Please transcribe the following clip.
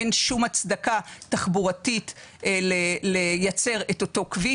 אין שום הצדקה תחבורתית לייצר את אותו כביש.